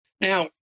now